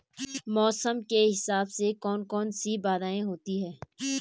मौसम के हिसाब से कौन कौन सी बाधाएं होती हैं?